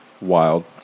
wild